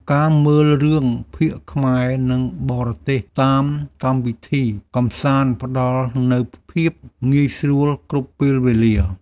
ការមើលរឿងភាគខ្មែរ និងបរទេសតាមកម្មវិធីកម្សាន្ត ផ្តល់នូវភាពងាយស្រួលគ្រប់ពេលវេលា។